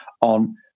on